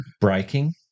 breaking